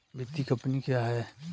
वित्तीय कम्पनी क्या है?